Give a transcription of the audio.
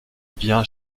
bien